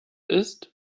ist